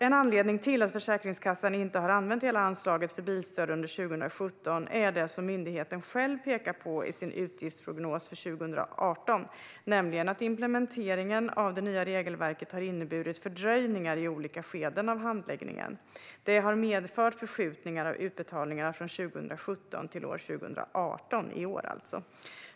En anledning till att Försäkringskassan inte har använt hela anslaget för bilstöd under 2017 är det som myndigheten själv pekar på i sin utgiftsprognos för 2018, nämligen att implementeringen av det nya regelverket har inneburit fördröjningar i olika skeden av handläggningen. Detta har medfört förskjutningar av utbetalningarna från 2017 till 2018.